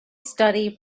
study